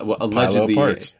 allegedly